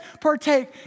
partake